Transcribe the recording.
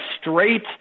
straight